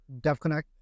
DevConnect